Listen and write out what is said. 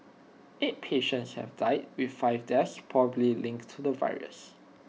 eight patients have died with five deaths possibly linked to the virus